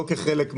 לא כחלק מזינה,